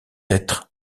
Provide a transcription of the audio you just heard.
être